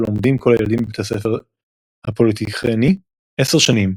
לומדים כל הילדים בבית הספר הפוליטכני 10 שנים,